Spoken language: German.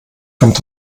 kommt